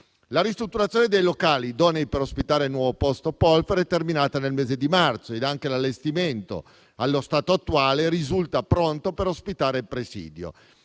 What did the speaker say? La ristrutturazione dei locali idonei per ospitare il nuovo posto di Polizia ferroviaria è terminata nel mese di marzo 2024 ed anche l'allestimento, allo stato attuale, risulta pronto per ospitare il nuovo presidio.